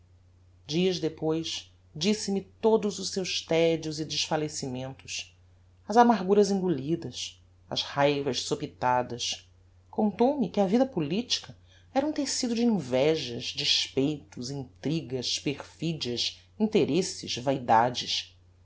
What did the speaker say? dias depois disse-me todos os seus tedios e desfallecimentos as amarguras engolidas as raivas sopitadas contou-me que a vida politica era um tecido de invejas despeitos intrigas perfidias interesses vaidades